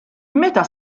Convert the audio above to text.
meta